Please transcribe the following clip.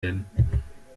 werden